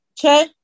Okay